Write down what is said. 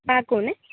પાકું ને